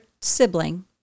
sibling